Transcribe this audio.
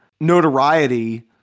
notoriety